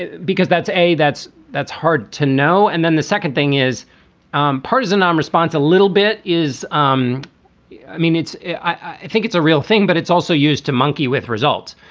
ah because that's a that's that's hard to know. and then the second thing is um partisan nonresponse a little bit is. um i mean, it's i think it's a real thing, but it's also used to monkey with results.